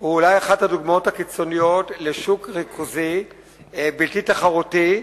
הוא אולי אחת הדוגמאות הקיצוניות לשוק ריכוזי בלתי תחרותי.